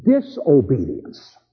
disobedience